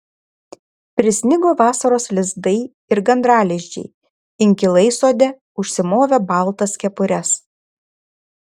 prisnigo vasaros lizdai ir gandralizdžiai inkilai sode užsimovė baltas kepures